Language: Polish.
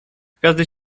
gwiazdy